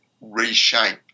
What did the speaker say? reshape